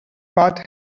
path